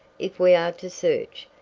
if we are to search,